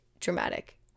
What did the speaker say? dramatic